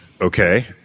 Okay